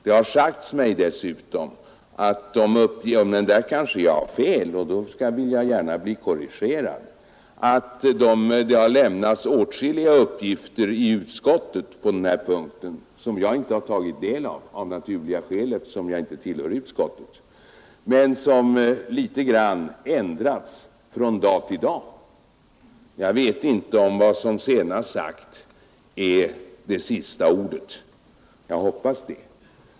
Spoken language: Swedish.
Det har sagts mig dessutom — där kanske jag har fel, och då vill jag gärna bli korrigerad — att det lämnats åtskilliga uppgifter i utskottet på den här punkten, som jag av naturliga skäl inte tagit del av, eftersom jag inte tillhör utskottet, men som litet grand ändrats från dag till dag. Jag vet inte om vad som senast sagts är sista ordet, men jag hoppas det.